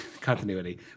Continuity